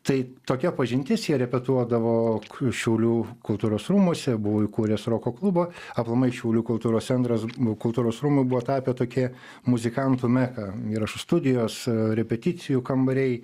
tai tokia pažintis jie repetuodavo šiaulių kultūros rūmuose buvau įkūręs roko klubą aplamai šiaulių kultūros centras kultūros rūmai buvo tapę tokie muzikantų meka įrašų studijos repeticijų kambariai